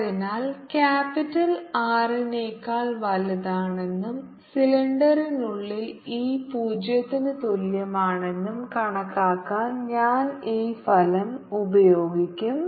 അതിനാൽ capital R നേക്കാൾ വലുതാണെന്നും സിലിണ്ടറിനുള്ളിൽ E 0 ന് തുല്യമാണെന്നും കണക്കാക്കാൻ ഞാൻ ഈ ഫലം ഉപയോഗിക്കും